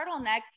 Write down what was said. turtleneck